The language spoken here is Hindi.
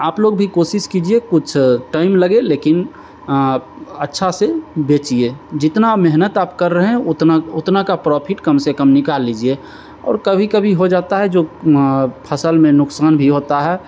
आप लोग भी कोशिश कीजिए कुछ टाइम लगे लेकिन अच्छा से बेचिए जितना मेहनत आप कर रहे हैं उतना उतना का प्रॉफिट कम से कम निकाल लीजिए और कभी कभी हो जाता है जो फसल में नुकसान भी होता है